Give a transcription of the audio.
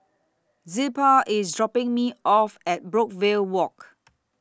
Zilpah IS dropping Me off At Brookvale Walk